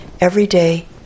everyday